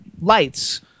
lights